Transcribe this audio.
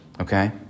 Okay